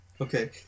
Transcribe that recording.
Okay